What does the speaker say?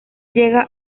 llega